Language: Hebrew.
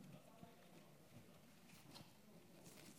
אדוני יושב-ראש הכנסת,